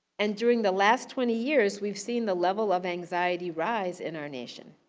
and during the last twenty years, we've seen the level of anxiety rise in our nation.